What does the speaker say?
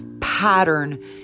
pattern